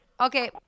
Okay